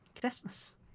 Christmas